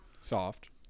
soft